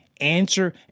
answer